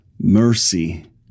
mercy